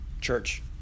church